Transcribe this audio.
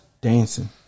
dancing